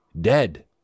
dead